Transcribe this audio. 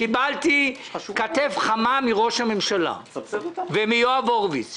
קיבלתי כתף חמה מראש הממשלה ומיואב הורוביץ,